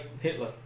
Hitler